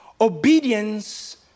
Obedience